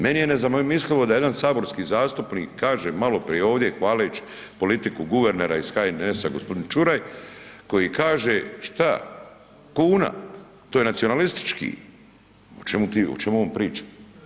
Meni je nezamislivo da jedan saborski zastupnik kaže malo prije ovdje hvaleći politiku guvernera iz HNS-a gospodin Čuraj koji kaže: „Što kuna, to je nacionalistički.“ O čemu on priča?